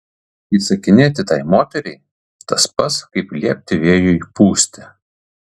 įsakinėti tai moteriai tas pats kaip liepti vėjui pūsti